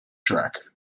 track